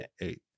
Eight